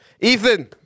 Ethan